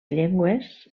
llengües